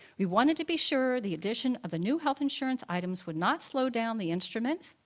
we wanted to be sure the addition of the new health insurance items would not slow down the instrument,